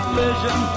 vision